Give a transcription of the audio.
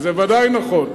אז זה ודאי נכון.